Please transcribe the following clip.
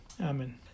Amen